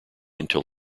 until